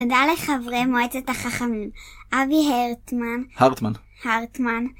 תודה לחברי מועצת החכמים, אבי ארטמן. הרטמן. הרטמן.